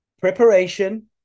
preparation